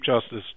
Justice